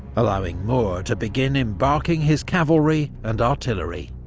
allowing moore to begin embarking his cavalry and artillery.